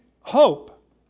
hope